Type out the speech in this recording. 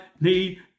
need